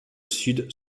sud